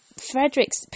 Frederick's